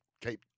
keep